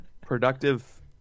productive